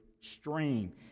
stream